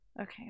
Okay